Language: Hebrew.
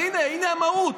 אז הינה, הינה המהות.